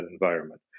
environment